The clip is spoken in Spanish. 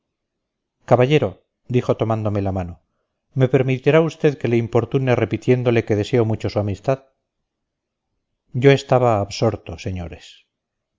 caballero dijo tomándome la mano me permitirá usted que le importune repitiéndole que deseo mucho su amistad yo estaba absorto señores